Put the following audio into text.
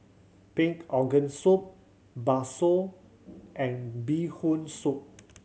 pig organ soup bakso and Bee Hoon Soup